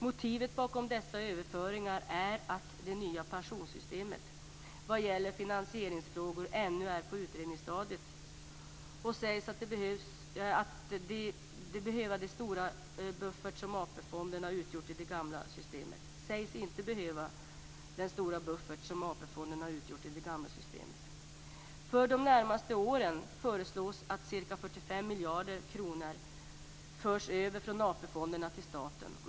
Motivet bakom dessa överföringar är att det nya pensionssystemet, som vad gäller finansieringsfrågor ännu är på utredningsstadiet, inte sägs behöva den stora buffert som AP-fonderna utgjort i det gamla systemet. För de närmaste åren föreslås att ca 45 miljarder kronor förs över från AP-fonderna till staten.